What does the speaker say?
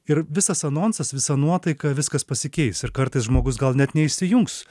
ir visas anonsas visa nuotaika viskas pasikeis ir kartais žmogus gal net neįsijungs